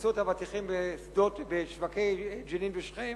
פוצצו את האבטיחים בשוקי ג'נין ושכם